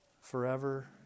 Forever